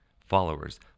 followers